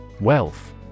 Wealth